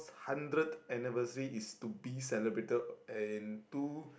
hundredth anniversary is to be celebrated in two